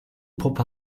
puppe